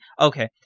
okay